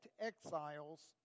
exiles